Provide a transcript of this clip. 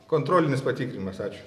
kontrolinis patikrinimas ačiū